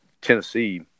Tennessee